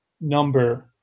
number